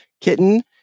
Kitten